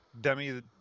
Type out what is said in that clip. Demi